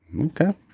Okay